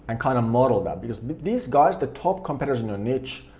and kinda model that, because these guys, the top competitors in their niche,